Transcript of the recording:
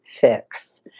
fix